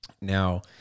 Now